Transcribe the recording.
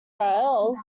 urls